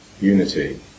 unity